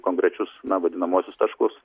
konkrečius na vadinamuosius taškus